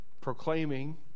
proclaiming